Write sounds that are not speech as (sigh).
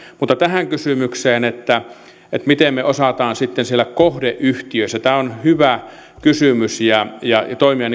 mutta tähän kysymykseen miten me osaamme sitten siellä kohdeyhtiössä tämä on hyvä kysymys toimia (unintelligible)